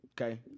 Okay